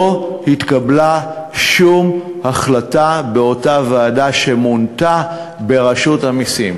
לא התקבלה שום החלטה באותה ועדה שמונתה ברשות המסים.